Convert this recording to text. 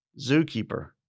Zookeeper